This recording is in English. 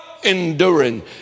enduring